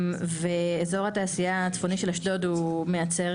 ואזור התעשייה הצפוני של אשדוד הוא מייצר